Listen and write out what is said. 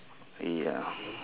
ya